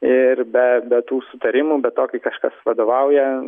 ir be be tų sutarimų be to kai kažkas vadovauja